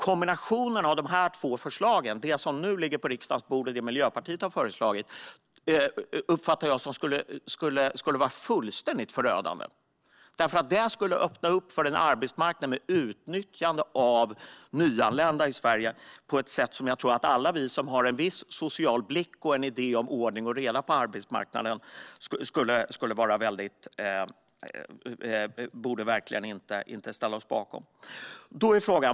Kombinationen av dessa två förslag - det som nu ligger på riksdagens bord och det som Miljöpartiet har föreslagit - skulle vara fullständigt förödande, som jag uppfattar det. Denna kombination skulle öppna upp för en arbetsmarknad med utnyttjande av nyanlända i Sverige, och alla vi som har en viss social blick och en idé om ordning och reda på arbetsmarknaden borde verkligen inte ställa oss bakom detta.